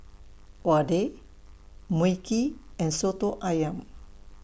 Vadai Mui Kee and Soto Ayam